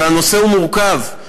והנושא מורכב,